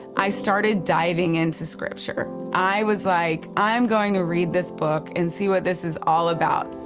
i started diving into scripture. i was like, i am going to read this book and see what this is all about.